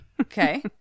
Okay